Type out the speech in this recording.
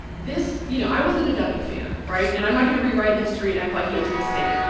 this you know, i wasn't a w. fan, right? and i'm not going to rewrite history and act like he was this saint.